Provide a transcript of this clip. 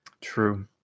True